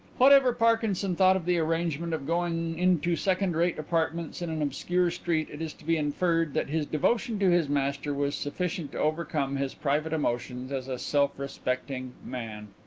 whatever parkinson thought of the arrangement of going into second-rate apartments in an obscure street it is to be inferred that his devotion to his master was sufficient to overcome his private emotions as a self-respecting man.